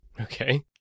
Okay